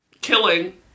Killing